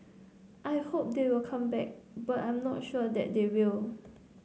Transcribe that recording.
I hope they will come back but I am not sure that they will